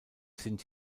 sind